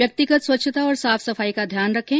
व्यक्तिगत स्वच्छता और साफ सफाई का ध्यान रखें